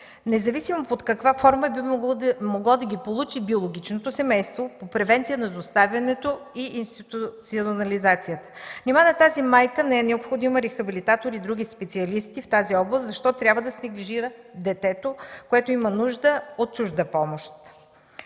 независимо под каква форма е – би могло да ги получи биологичното семейство по превенция на изоставянето и институционализацията. Нима на тази майка не е необходим рехабилитатор и други специалисти в тази област? Защо трябва да се неглижира детето, което има нужда от чужда помощ?